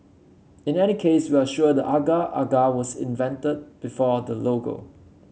in any case we are sure the agar agar was invented before the logo